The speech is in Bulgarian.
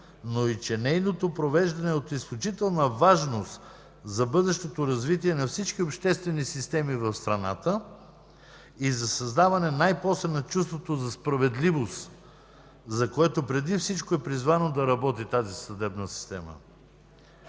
но и че нейното провеждане е от изключителна важност за бъдещото развитие на всички обществени системи в страната и за създаване най-после на чувството за справедливост, за което преди всичко е призовано да работи тази съдебна система.